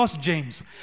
James